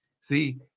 See